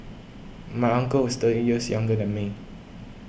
my uncle is thirty years younger than me